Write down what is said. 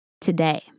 today